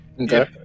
Okay